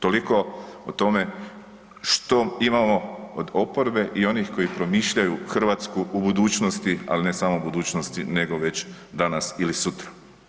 Toliko o tome što imamo od oporbe i onih koji promišljaju Hrvatsku u budućnosti, al ne samo u budućnosti nego već danas ili sutra.